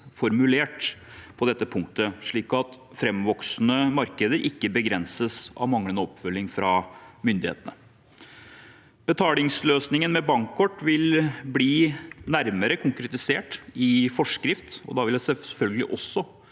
formulert på dette punktet, slik at framvoksende markeder ikke begrenses av manglende oppfølging fra myndighetene. Betalingsløsningen med bankkort vil bli nærmere konkretisert i forskrift, og da vil jeg selvfølgelig også